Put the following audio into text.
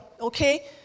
okay